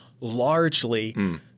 largely –